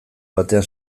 batean